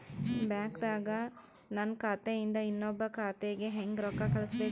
ಬ್ಯಾಂಕ್ದಾಗ ನನ್ ಖಾತೆ ಇಂದ ಇನ್ನೊಬ್ರ ಖಾತೆಗೆ ಹೆಂಗ್ ರೊಕ್ಕ ಕಳಸಬೇಕ್ರಿ?